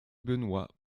benoit